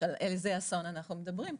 איזה אסון אנחנו מדברים פה.